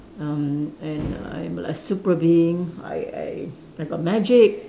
um and I'm like super being I I I got magic